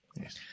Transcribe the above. yes